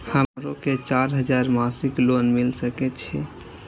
हमरो के चार हजार मासिक लोन मिल सके छे?